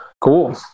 Cool